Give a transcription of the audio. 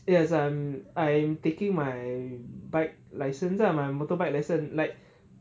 yes I'm I'm taking my bike license lah my motorbike license like